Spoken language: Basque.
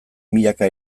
milaka